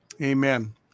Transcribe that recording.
Amen